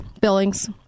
Billings